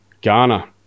Ghana